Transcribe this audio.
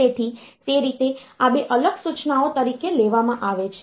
તેથી તે રીતે આ 2 અલગ સૂચનાઓ તરીકે લેવામાં આવે છે